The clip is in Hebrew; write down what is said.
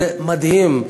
זה מדהים.